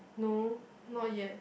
no not yet